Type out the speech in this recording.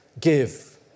Give